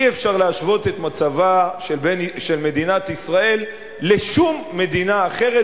אי-אפשר להשוות את מצבה של מדינת ישראל לזה של שום מדינה אחרת,